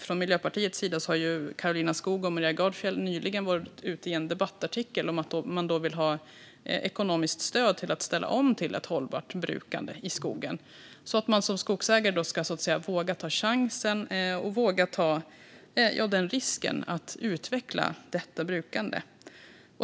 Från Miljöpartiet har Karolina Skog och Maria Gardfjell nyligen varit ute i en debattartikel och sagt att vi vill ha ekonomiskt stöd till att ställa om till ett hållbart brukande av skogen så att man som skogsägare vågar ta chansen och risken att utveckla detta brukande.